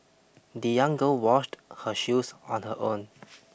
the young girl washed her shoes on her own